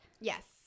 Yes